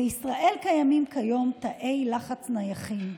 בישראל קיימים כיום תאי לחץ נייחים.